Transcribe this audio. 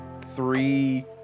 three